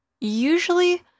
usually